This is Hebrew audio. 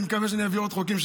אני מקווה שאביא עוד חוקים,